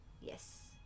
Yes